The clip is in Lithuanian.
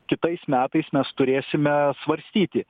kitais metais mes turėsime svarstyti